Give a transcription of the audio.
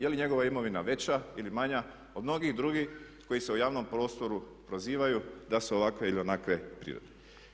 Je li njegova imovina veća ili manja od mnogi drugih koji se u javnom prostoru prozivaju da su ovakve ili onakve prirode.